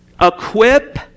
Equip